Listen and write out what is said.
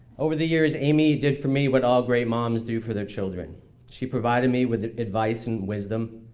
over the years, amy did for me what all great moms do for their children she provided me with advice and wisdom.